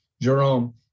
Jerome